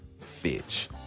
Fitch